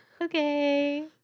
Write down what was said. Okay